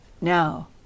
now